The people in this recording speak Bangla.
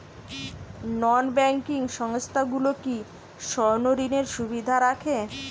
নন ব্যাঙ্কিং সংস্থাগুলো কি স্বর্ণঋণের সুবিধা রাখে?